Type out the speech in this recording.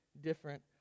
different